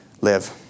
live